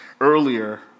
earlier